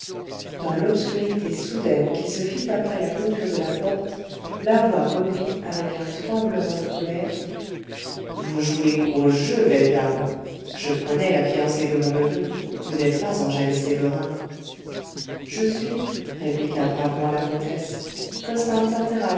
dans l'obscurité soudaine qui se fit après la clôture de la porte la voix reprit avec un tremblement de colère vous jouez gros jeu belle dame je connais la fiancée de mon neveu vous n'êtes pas angèle sévérin je suis répliqua bravement la comtesse costanza